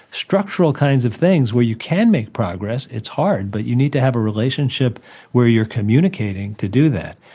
structural kinds of things where you can make progress, it's hard but you need to have a relationship where you're communicating to do that.